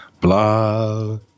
blah